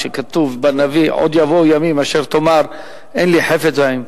שכתוב בנביא: עוד יבואו ימים אשר תאמר אין לי חפץ בהם,